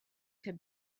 could